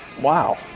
wow